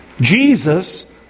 Jesus